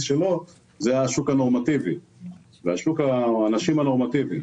שלו זה השוק הנורמטיבי והאנשים הנורמטיביים.